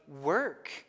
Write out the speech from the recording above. work